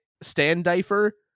Standifer